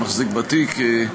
שמחזיק בתיק.